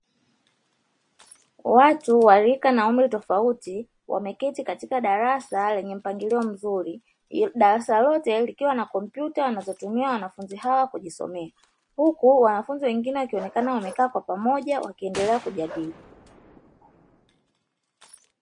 Watu wa rika na umri tofauti, wameketi katika darasa lenye mpangilio mzuri. Darasa lote likiwa na kompyuta wanazotumia wanafunzi hao kujisomea, huku wanafunzi wengine wakionekana wamekaa kwa pamoja wakiendelea kujadili.